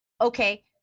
okay